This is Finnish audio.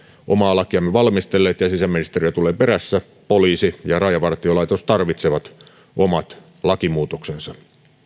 omaa lakiamme valmistelleet ja sisäministeriö tulee perässä poliisi ja rajavartiolaitos tarvitsevat omat lakimuutoksensa